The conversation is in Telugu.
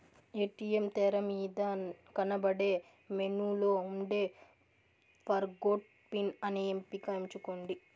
ఏ.టీ.యం తెరమీద కనబడే మెనూలో ఉండే ఫర్గొట్ పిన్ అనే ఎంపికని ఎంచుకోండి